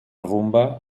rumba